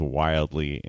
wildly